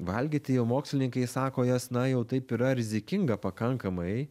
valgyti jau mokslininkai sako jos na jau taip yra rizikinga pakankamai